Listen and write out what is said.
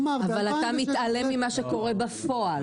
אבל אתה מתעלם ממה שקורה בפועל,